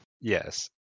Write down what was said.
yes